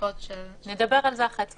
אחרי הצהריים.